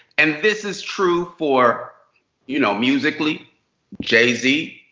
and this is true for you know musically jay z.